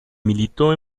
militó